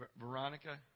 Veronica